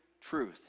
truth